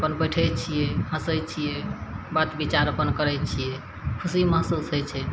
अपन बैठय छियै हँसय छियै बात विचार अपन करय छियै खुशी महसूस होइ छै